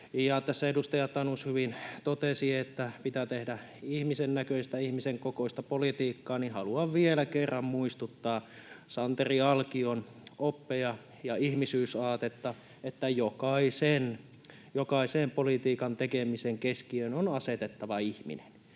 edustaja Tanus hyvin totesi, että pitää tehdä ihmisen näköistä, ihmisen ko-koista politiikkaa, niin haluan vielä kerran muistuttaa Santeri Alkion opeista ja ihmisyysaatteesta, että jokaisen politiikan tekemisen keskiöön on asettava ihminen,